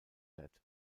dead